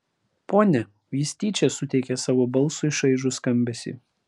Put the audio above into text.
ponia jis tyčia suteikė savo balsui šaižų skambesį